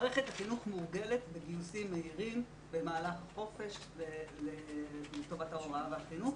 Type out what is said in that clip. מערכת החינוך מורגלת בגיוסים מהירים במהלך החופש לטובת ההוראה והחינוך.